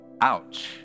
ouch